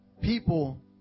people